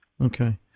Okay